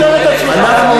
אתה סותר את עצמך, אדוני.